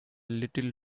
little